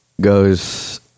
goes